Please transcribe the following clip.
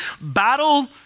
battle